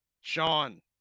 Sean